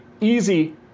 easy